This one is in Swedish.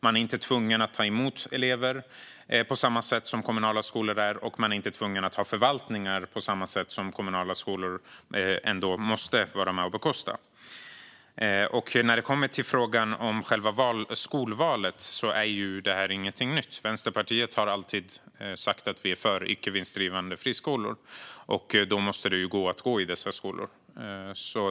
Man är inte tvungen att ta emot elever på samma sätt som kommunala skolor är, och man är inte tvungen att ha förvaltningar på samma sätt som kommunala skolor ändå måste vara med och bekosta. När det kommer till frågan om själva skolvalet är det ingenting nytt. Vänsterpartiet har alltid sagt att vi är för icke vinstdrivande friskolor, och då måste det ju gå att gå i dessa skolor.